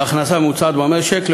מתחת להכנסה הממוצעת במשק,